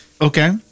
Okay